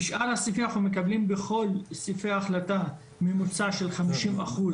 לשאר הסעיפים אנחנו מקבלים בכל סעיפי החלטה ממוצע של חמישים אחוז,